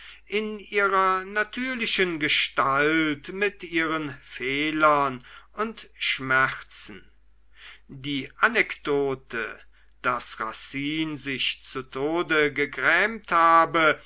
in ihrer natürlichen gestalt mit ihren fehlern und schmerzen die anekdote daß racine sich zu tode gegrämt habe